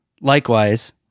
Likewise